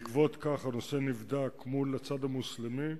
בעקבות כך נבדק הנושא מול הצד המוסלמי,